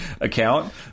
account